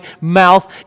mouth